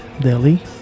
delhi